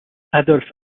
adolphe